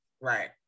Right